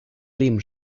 leben